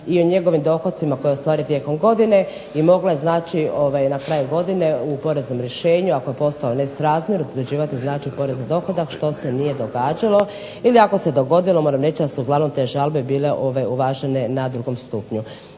i o njegovim dohocima koje ostvari tijekom godine. I mogla je znači na kraju godine u poreznom rješenju ako je postojao nesrazmjer određivati znači porez na dohodak što se nije događalo. Ili ako se dogodilo moram reći da su uglavnom te žalbe bile uvažene na drugom stupnju.